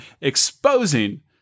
exposing